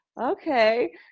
okay